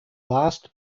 last